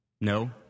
No